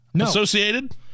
associated